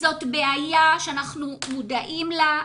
זאת בעיה שאנחנו מודעים לה,